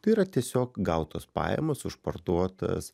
tai yra tiesiog gautos pajamos už parduotas